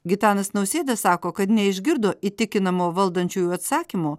gitanas nausėda sako kad neišgirdo įtikinamo valdančiųjų atsakymo